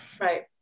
right